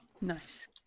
Nice